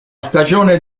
stagione